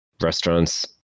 restaurants